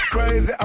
Crazy